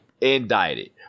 Indicted